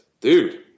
dude